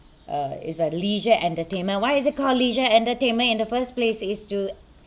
uh it's a leisure entertainment why is it called leisure entertainment in the first place it's to